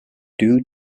due